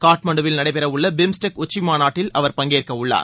காட்மாண்டுவில் நடைபெறவுள்ள பீம்ஸ்டெக் உச்சி மாநாட்டில் அவர் பங்கேற்கவுள்ளார்